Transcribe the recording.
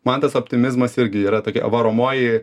man tas optimizmas irgi yra tokia varomoji